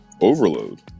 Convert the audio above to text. overload